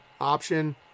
option